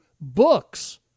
books